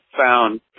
found